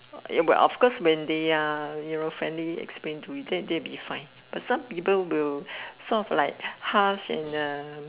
eh what of course when they are you know friendly explain to you that that will be fine but some people will sort of like harsh and uh